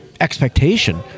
expectation